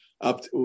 up